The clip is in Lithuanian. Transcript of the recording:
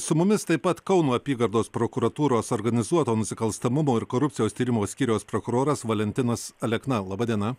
su mumis taip pat kauno apygardos prokuratūros organizuoto nusikalstamumo ir korupcijos tyrimo skyriaus prokuroras valentinas alekna laba diena